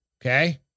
Okay